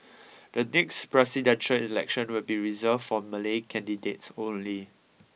the next presidential election will be reserved for Malay candidates only